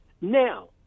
Now